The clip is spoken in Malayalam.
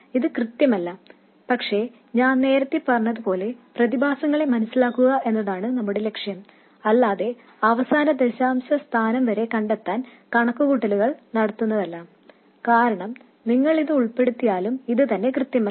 ഇത് കൃത്യമല്ല പക്ഷേ ഞാൻ നേരത്തെ പറഞ്ഞതുപോലെ പ്രതിഭാസങ്ങളെ മനസിലാക്കുക എന്നതാണ് നമ്മുടെ ലക്ഷ്യം അല്ലാതെ അവസാന ദശാംശ സ്ഥാനം വരെ കണ്ടെത്താൻ കണക്കുകൂട്ടൽ നടത്തുന്നതല്ല കാരണം നിങ്ങൾ ഇത് ഉൾപ്പെടുത്തിയാലും ഇത് തന്നെ കൃത്യമല്ല